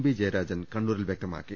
V Jayarajan കണ്ണൂരിൽ വ്യക്തമാക്കി